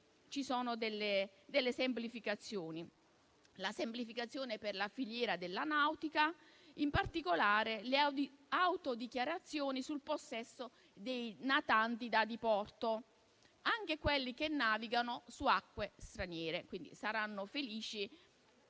ci sono delle semplificazioni. Vi è poi la semplificazione per la filiera della nautica, in particolare le autodichiarazioni sul possesso dei natanti da diporto, anche quelli che navigano su acque straniere; ne saranno felici